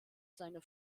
seiner